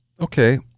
Okay